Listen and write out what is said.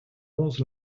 onze